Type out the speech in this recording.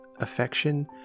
affection